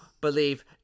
believe